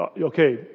Okay